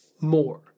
more